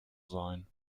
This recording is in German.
sein